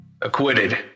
Acquitted